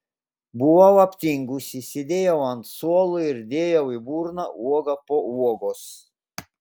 buvau aptingusi sėdėjau ant suolo ir dėjau į burną uogą po uogos